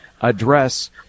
address